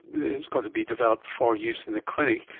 it's got to be developed for use in the clinic,